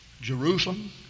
Jerusalem